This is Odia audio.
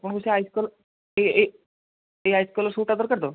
ଆପଣଙ୍କୁ ସେ ଆଇସ୍ କଲ୍ ଏଇ ଆଇସ୍ କଲର୍ ସୁଟ୍ ଦରକାର ତ